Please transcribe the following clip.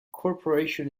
corporation